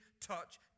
touch